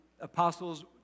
apostles